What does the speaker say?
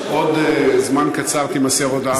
עוד זמן קצר תימסר הודעה בעניין.